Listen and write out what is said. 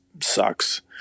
sucks